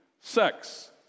sex